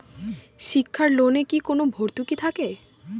শিক্ষার লোনে কি কোনো ভরতুকি থাকে?